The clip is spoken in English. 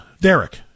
Derek